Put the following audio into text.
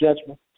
judgment